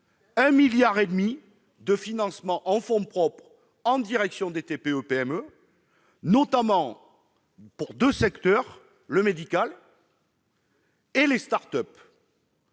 1,5 milliard de financements en fonds propres en direction des TPE-PME, notamment pour le secteur médical et les start-up.